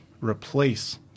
replace